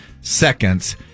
seconds